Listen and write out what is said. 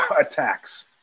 attacks